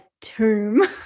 tomb